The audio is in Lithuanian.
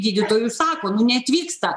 gydytojų sako neatvyksta